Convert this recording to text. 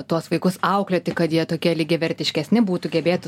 tuos vaikus auklėti kad jie tokie lygiavertiškesni būtų gebėtų